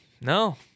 No